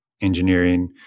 engineering